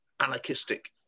anarchistic